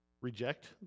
reject